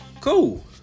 Cool